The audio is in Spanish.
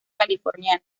californiana